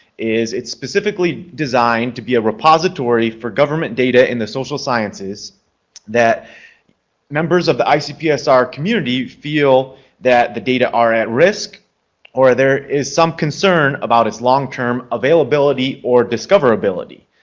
it's specifically designed to be a repository for government data in the social sciences that members of the icpsr community feel that the data are at risk or there is some concern about its long-term availability or discoverability.